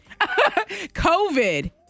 COVID